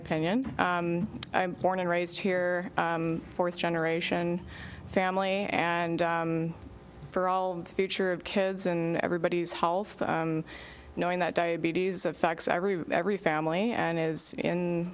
opinion i'm born and raised here fourth generation family and for all the future of kids and everybody's health knowing that diabetes of facts every every family and is in